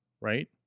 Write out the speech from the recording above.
Right